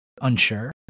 unsure